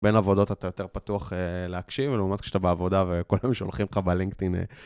בין עבודות אתה יותר פתוח להקשיב, ולעומת כשאתה בעבודה וכל היום שולחים לך בלינקדאין...